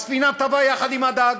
הספינה טבעה יחד עם הדג.